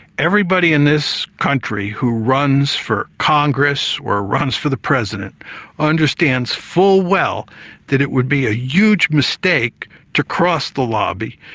everybody in this country who runs for congress or runs for the president understands full well that it would be a huge mistake to cross the lobby,